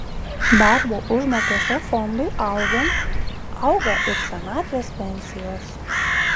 darbo užmokesčio fondui augant auga ir senatvės pensijos